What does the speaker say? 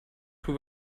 too